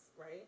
right